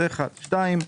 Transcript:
שתיים,